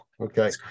Okay